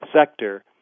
sector